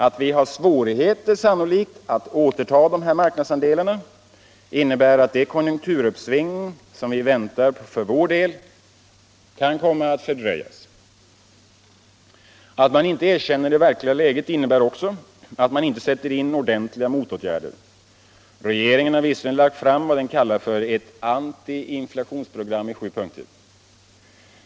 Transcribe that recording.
Att vi har svårigheter, sannolikt, att återta dessa marknadsandelar innebär att det konjunkturuppsving som vi väntar för vår del kan komma att fördröjas. Att man inte erkänner det verkliga läget innebär också att man inte sätter in ordentliga motåtgärder. Regeringen har visserligen lagt fram vad den kallar ett ”antiinflationsprogram” i sju punkter.